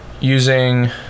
using